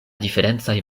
diferencaj